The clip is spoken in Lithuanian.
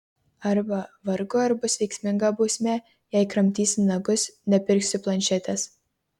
arba vargu ar bus veiksminga bausmė jei kramtysi nagus nepirksiu planšetės